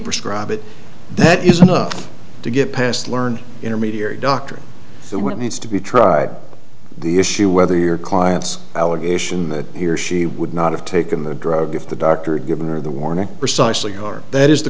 prescribe it that is enough to get past learning intermediary doctor what needs to be tried the issue whether your clients allegation that he or she would not have taken the drug if the doctor had given her the warning precisely or that is the